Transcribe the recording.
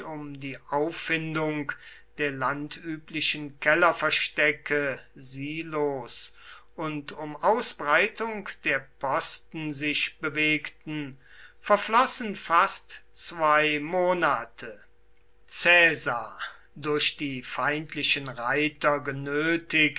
um die auffindung der landüblichen kellerverstecke silos und um ausbreitung der posten sich bewegten verflossen fast zwei monate caesar durch die feindlichen reiter genötigt